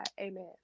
amen